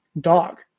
dog